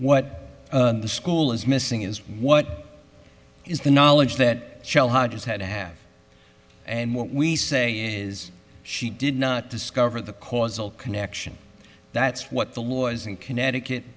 what the school is missing is what is the knowledge that child hodges had to have and what we say is she did not discover the causal connection that's what the laws in connecticut